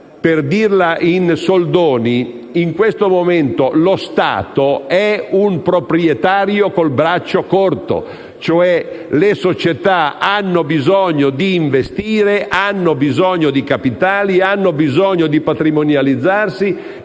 Per dirla in soldoni, in questo momento lo Stato è un proprietario con il braccio corto, nel senso che le società hanno bisogno di investire, hanno bisogno di capitali e di patrimonializzarsi.